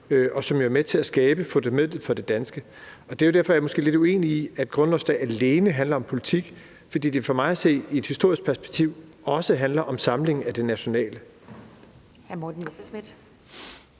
og som jo var med til at skabe fundamentet for det danske. Og det er derfor, jeg måske er lidt uenig i, at grundlovsdag alene handler om politik, altså fordi det for mig at se i et historisk perspektiv også handler om samlingen af det nationale.